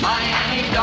Miami